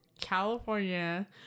California